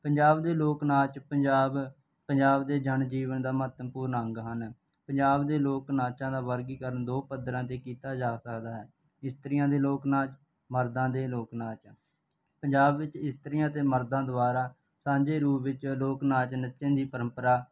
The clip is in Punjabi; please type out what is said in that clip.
ਪੰਜਾਬ ਦੇ ਲੋਕ ਨਾਚ ਪੰਜਾਬ ਪੰਜਾਬ ਦੇ ਜਨ ਜੀਵਨ ਦਾ ਮਹੱਤਵਪੂਰਨ ਅੰਗ ਹਨ ਪੰਜਾਬ ਦੇ ਲੋਕ ਨਾਚਾਂ ਦਾ ਵਰਗੀਕਰਨ ਦੋ ਪੱਧਰਾਂ 'ਤੇ ਕੀਤਾ ਜਾ ਸਕਦਾ ਹੈ ਇਸਤਰੀਆਂ ਦੇ ਲੋਕ ਨਾਚ ਮਰਦਾ ਦੇ ਲੋਕ ਨਾਚ ਪੰਜਾਬ ਵਿੱਚ ਇਸਤਰੀਆਂ ਅਤੇ ਮਰਦਾਂ ਦੁਆਰਾ ਸਾਂਝੇ ਰੂਪ ਵਿੱਚ ਲੋਕ ਨਾਚ ਨੱਚਣ ਦੀ ਪਰੰਪਰਾ